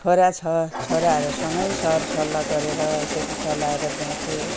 छोरा छ छोराहरूसँगै सरसल्लाह गरेर यसरी चलाएर ल्याउँछु